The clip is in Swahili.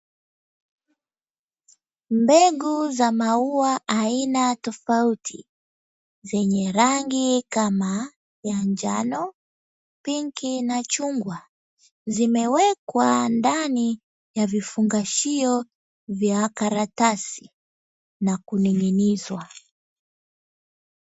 Mbegu za maua aina tofauti yenye rangi kama ya njano pinki na chungwa vimewekwa ndani ya vifungashio vya karatasi na kuliminishwa.